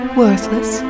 worthless